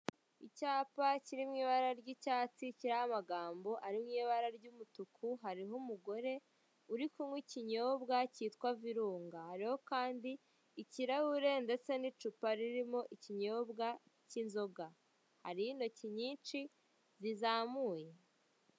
Icyapa kiri mu ibara ry'icyatsi kiriho amagambo ari mu ibara ry'umutuku, hariho umugore uri kunywa ikinyobwa kitwa virunga. Hariho kandi ikirahure ndetse n'icupa ririmo ikinyobwa k'inzoga. Hariho intoki nyinshi zizamuye.